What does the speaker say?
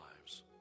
lives